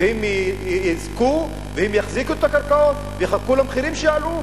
והם יזכו והם יחזיקו את הקרקעות ויחכו שהמחירים יעלו,